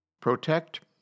Protect